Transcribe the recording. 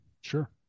sure